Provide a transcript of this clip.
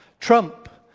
trump,